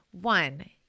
one